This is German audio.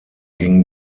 gingen